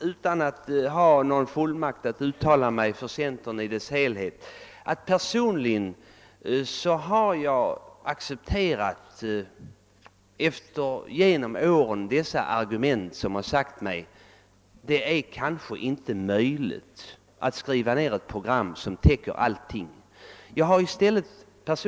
Utan att ha någon fullmakt att uttala mig för centerpartiet i dess helhet måste jag säga att jag personligen under åren accepterat de argument som anförts om att det kanske inte går att skriva ned ett program som täcker allting.